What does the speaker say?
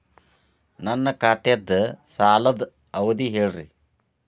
ನನ್ನ ಖಾತಾದ್ದ ಸಾಲದ್ ಅವಧಿ ಹೇಳ್ರಿ